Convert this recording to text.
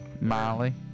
Miley